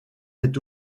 est